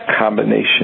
combination